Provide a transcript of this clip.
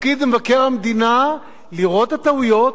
תפקיד מבקר המדינה לראות את הטעויות,